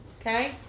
Okay